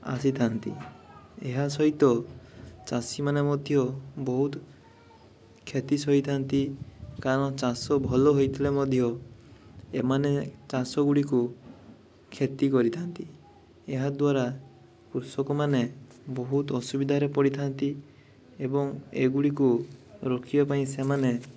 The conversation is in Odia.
ଆସିଥାନ୍ତି ଏହା ସହିତ ଚାଷୀମାନେ ମଧ୍ୟ ବହୁତ କ୍ଷତି ସହିଥାନ୍ତି କାରଣ ଚାଷ ଭଲ ହେଇଥିଲେ ମଧ୍ୟ ଏମାନେ ଚାଷ ଗୁଡ଼ିକୁ କ୍ଷତି କରିଥାନ୍ତି ଏହାଦ୍ୱାରା କୃଷକମାନେ ବହୁତ ଅସୁବିଧାରେ ପଡ଼ିଥାନ୍ତି ଏବଂ ଏଗୁଡ଼ିକୁ ରୋକିବା ପାଇଁ ସେମାନେ